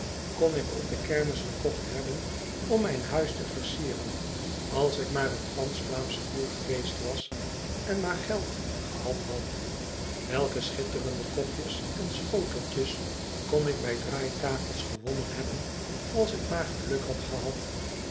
kon ik op de kermis gekocht hebben om mijn huis te versieren als ik maar een franseh vlaamsche boer geweest was en maar geld gehad had welke schitterende kopjes en schoteltjes kon ik bij draaitafels gewonnen hebben als ik maar geluk had gehad